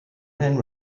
man